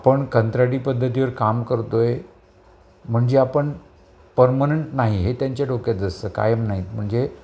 आपण कंत्राटी पद्धतीवर काम करतोय म्हणजे आपण पर्मनंट नाही हे त्यांच्या डोक्यातच असत कायम नाहीत म्हणजे